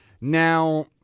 now